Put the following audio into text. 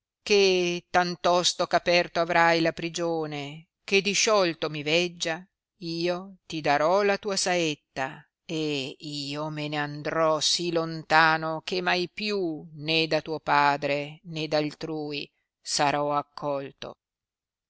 che tantosto eh aperto avrai la prigione che disciolto mi veggia io ti darò la tua saetta e io me ne andrò sì lontano che mai più né da tuo padre né d altrui sarò accolto